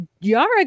Yara